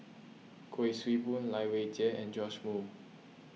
Kuik Swee Boon Lai Weijie and Joash Moo